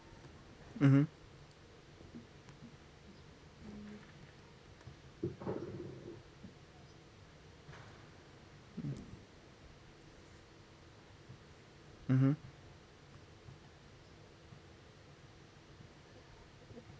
mmhmm mmhmm